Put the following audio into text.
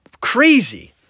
Crazy